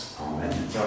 Amen